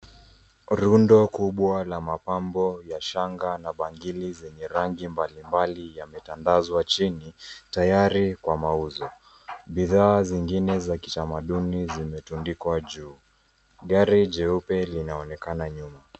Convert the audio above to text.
Rundo kubwa la mapambo ya shanga na bangili zenye rangi mbalimbali yametandazwa chini tayari kwa mauzo. Bidhaa zingine za kitamaduni zimetundikwa juu. Gari jeupe linaonekana nyuma.